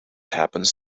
happens